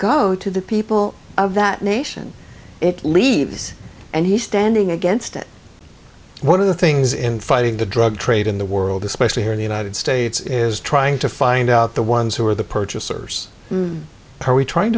go to the people of that nation it leaves and he's standing against it one of the things in fighting the drug trade in the world especially here in the united states is trying to find out the ones who are the purchasers